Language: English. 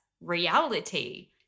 reality